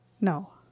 No